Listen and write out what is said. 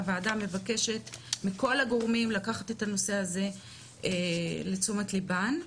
הוועדה מבקשת מכל הגורמים לקחת את הנושא הזה לתשומת ליבם.